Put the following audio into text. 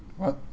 what